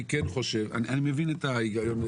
אני מבין את ההיגיון.